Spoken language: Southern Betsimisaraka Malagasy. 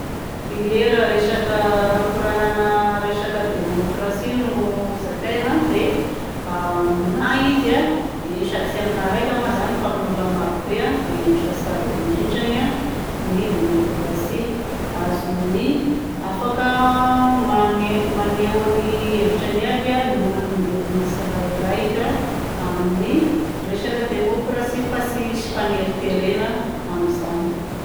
Ie raha resaka, raha koragnana resaka demôkrasia no zakaina dia aminahy izy a, ie sady tsy aminahy raika moa zany fa amin'ologna marobe a, dia endrika tsara indrindrany a ny demôkrasia, azon'ny afaka mane- maneho ny hevitrany aby any olombelogna tsirairaika amin'ny resaka demôkrasia fa tsisy faneriterena amin'izany.